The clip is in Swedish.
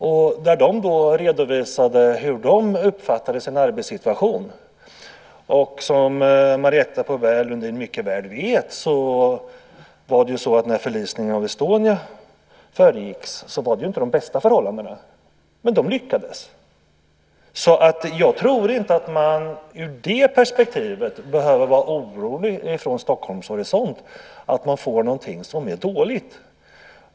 De berättade hur de hade uppfattat sin arbetssituation, och som Marietta de Pourbaix-Lundin mycket väl vet var förhållandena inte de bästa när förlisningen av Estonia skedde. Men de lyckades. Jag tror alltså inte att man från Stockholms horisont behöver vara orolig i det perspektivet, det vill säga att man skulle få något som är dåligt.